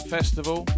Festival